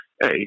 hey